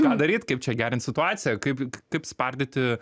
ką daryt kaip čia gerint situaciją kaip kaip spardyti